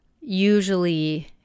usually